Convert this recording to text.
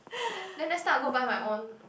then next time I go buy my own